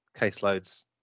caseloads